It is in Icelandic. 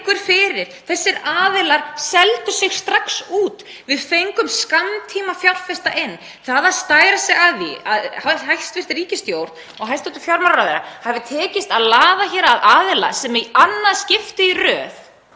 liggur fyrir. Þessir aðilar seldu sig strax út. Við fengum skammtímafjárfesta inn. Það að stæra sig af því að hæstv. ríkisstjórn og hæstv. fjármálaráðherra hafi tekist að laða hér að aðila sem í annað skiptið í röð